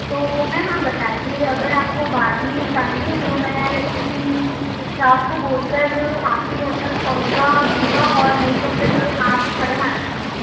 तो मैम आप बताइए अगर आपको बाद में चाहिए तो मैं किसी इस्टाफ़ को बोलकर आपके घर तक पहुँचवा दूँगा नहीं तो फिर आप स्वयं आ जाइए